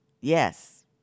Yes